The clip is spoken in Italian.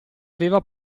aveva